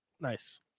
Nice